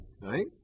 right